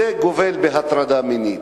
זה גובל בהטרדה מינית.